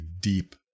deep